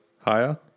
Higher